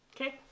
Okay